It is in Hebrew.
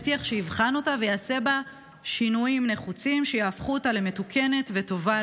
הבטיח שיבחן אותה ויעשה בה שינויים נחוצים שיהפכו אותה למתוקנת וטובה,